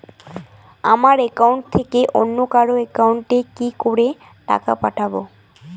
আমার একাউন্ট থেকে অন্য কারো একাউন্ট এ কি করে টাকা পাঠাবো?